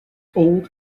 old